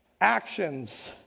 actions